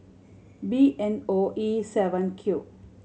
B N O E seven Q